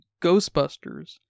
Ghostbusters